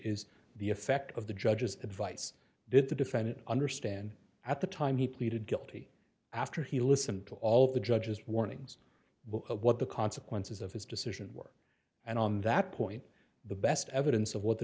is the effect of the judge's advice did the defendant understand at the time he pleaded guilty after he listened to all of the judge's warnings what the consequences of his decision were and on that point the best evidence of what the